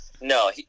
No